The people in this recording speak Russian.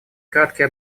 краткий